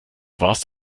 warst